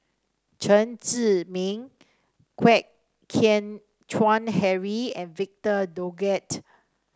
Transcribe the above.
Chen Zhiming Kwek Hian Chuan Henry and Victor Doggett